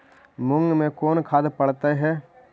मुंग मे कोन खाद पड़तै है?